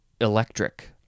electric